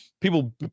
people